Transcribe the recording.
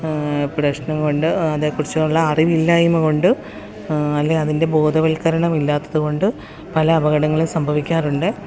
പ്രശ്നം കൊണ്ട് അതേ കുറിച്ചുള്ള അറിവില്ലായ്മ കൊണ്ട് അല്ലെ അതിൻ്റെ ബോധവത്കരണം ഇല്ലാത്തതുകൊണ്ട് പല അപകടങ്ങളും സംഭവിക്കാറുണ്ട്